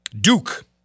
Duke